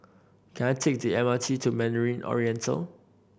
can I take the M R T to Mandarin Oriental